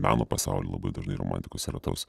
meno pasauly labai dažnai romantikos yra tos